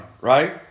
right